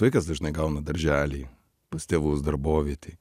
vaikas dažnai gauna daržely pas tėvus darbovietėj